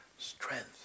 Strength